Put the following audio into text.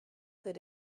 that